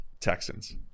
Texans